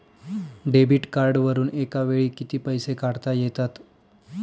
Debit कार्डवरुन एका वेळी किती पैसे काढता येतात?